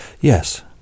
Yes